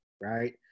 right